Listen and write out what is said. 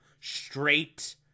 straight